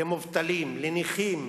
למובטלים, לנכים,